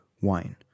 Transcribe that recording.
wine